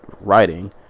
writing